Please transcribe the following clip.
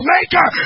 Maker